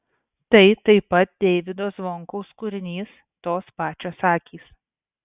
tai taip pat deivydo zvonkaus kūrinys tos pačios akys